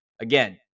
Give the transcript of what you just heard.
again